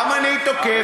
גם אני תוקף,